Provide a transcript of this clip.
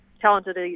talented